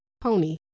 Pony